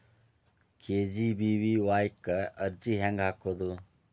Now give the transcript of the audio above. KGBVY ಕ್ಕ ಅರ್ಜಿ ಹೆಂಗ್ ಹಾಕೋದು?